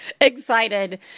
excited